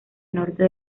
norte